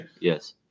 yes